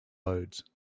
loads